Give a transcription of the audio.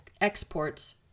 exports